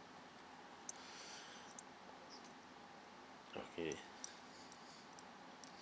okay